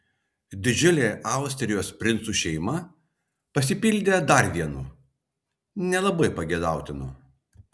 didžiulė austrijos princų šeima pasipildė dar vienu nelabai pageidautinu